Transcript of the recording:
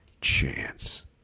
chance